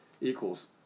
equals